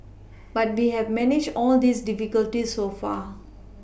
but we have managed all these difficulties so far